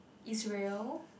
Isreal